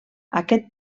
aquest